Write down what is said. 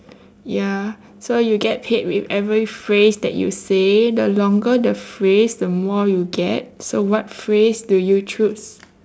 ya so you get paid with every phrase that you say the longer the phrase the more you get so what phrase do you choose